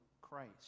Christ